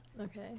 Okay